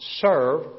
Serve